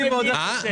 בבקשה.